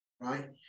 right